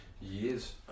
years